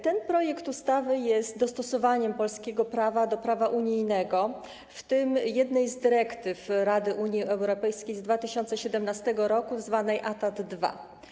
Ten projekt ustawy jest dostosowaniem polskiego prawa do prawa unijnego, w tym jednej z dyrektyw Rady Unii Europejskiej z 2017 r., zwanej ATAD 2.